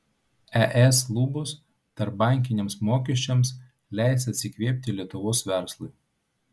es lubos tarpbankiniams mokesčiams leis atsikvėpti lietuvos verslui